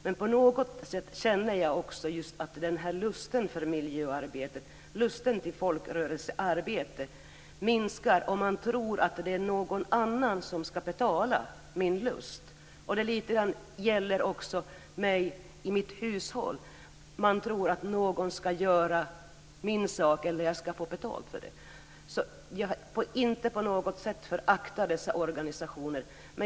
Men på något sätt känner jag att lusten för miljöarbete och lusten för folkrörelsearbete minskar om jag tror att någon annan ska betala min lust. Det gäller också mig i mitt hushåll. Man tror att någon ska göra min sak eller att man ska få betalt för det. Jag föraktar inte på något sätt dessa organisationer.